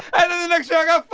and then the next year, yeah